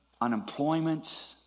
unemployment